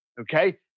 Okay